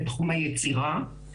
בתחום היצירה,